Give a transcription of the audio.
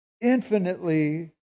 infinitely